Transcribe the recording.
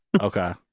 Okay